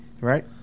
Right